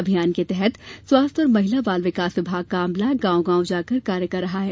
अभियान के तहत स्वास्थ्य एवं महिला बाल विकास विभाग का अमला गाँव गाँव जाकर कार्य कर रहा है